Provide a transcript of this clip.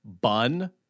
bun